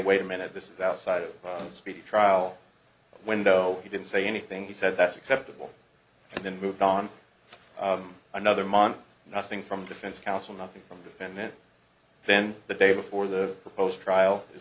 wait a minute this is outside of the speedy trial window he didn't say anything he said that's acceptable and then moved on to another month nothing from defense counsel nothing from the defendant then the day before the proposed trial is